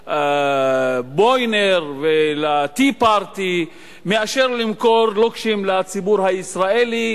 ולבוינר ול"Tea Party" מאשר למכור לוקשים לציבור הישראלי,